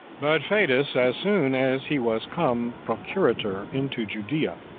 but fadus, as soon as he was come procurator into judea,